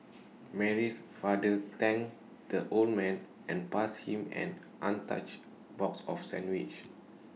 Mary's father thanked the old man and passed him an untouched box of sandwiches